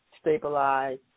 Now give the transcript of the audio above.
stabilize